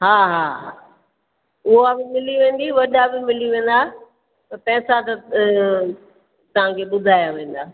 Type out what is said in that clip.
हा हा उहा ई मिली वेंदी वॾा बि मिली वेंदा पैसा त तव्हां खे ॿुधाया वेंदा